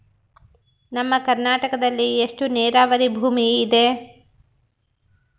ನಮ್ಮ ಕರ್ನಾಟಕದಲ್ಲಿ ಎಷ್ಟು ನೇರಾವರಿ ಭೂಮಿ ಇದೆ?